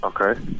Okay